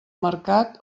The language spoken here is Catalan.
mercat